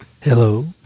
Hello